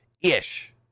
ish